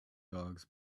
dogs